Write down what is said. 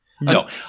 No